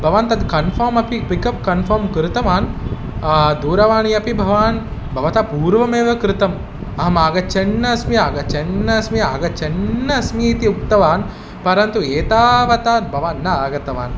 भवान् तद् कन्फ़म् अपि पिकप् कन्फ़म् कृतवान् दूरवाणीम् अपि भवान् भवतः पूर्वमेव कृतम् अहम् आगच्छन् अस्मि आगच्छन् अस्मि आगच्छन् अस्मि इति उक्तवान् परन्तु एतावत् भवान् न आगतवान्